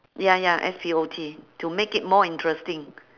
ya ya S P O T to make it more interesting